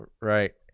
right